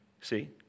See